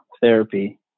therapy